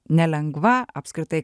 nelengva apskritai